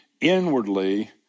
inwardly